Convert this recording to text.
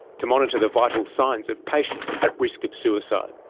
to monitor the vital signs of patients at risk of suicide.